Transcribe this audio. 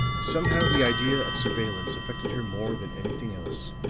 somehow the idea of surveillance affected her more than anything else.